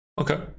Okay